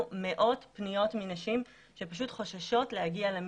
מאות פניות מנשים שחוששות להגיע למקווה.